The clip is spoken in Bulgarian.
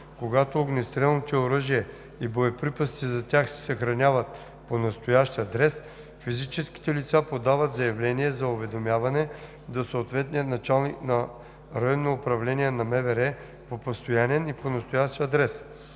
„Когато огнестрелните оръжия и боеприпасите за тях се съхраняват по настоящ адрес, физическите лица подават заявление за уведомяване до съответния началник на РУ на МВР по постоянен и по настоящ адрес.“